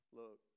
look